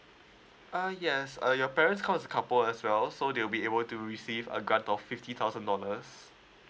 uh yes uh your parents cause is couple as well so they will be able to receive a grant of fifty thousand dollars